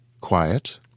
quiet